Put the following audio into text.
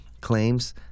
claims